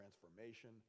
transformation